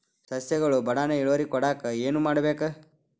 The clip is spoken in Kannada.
ಸಸ್ಯಗಳು ಬಡಾನ್ ಇಳುವರಿ ಕೊಡಾಕ್ ಏನು ಮಾಡ್ಬೇಕ್?